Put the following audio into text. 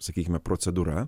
sakykime procedūra